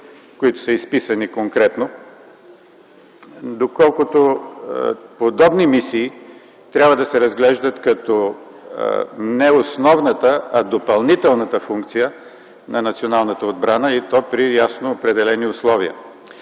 които са изписани конкретно, доколкото подобни мисии трябва да се разглеждат като не основната, а допълнителната функция на националната отбрана и то при ясно определени условия.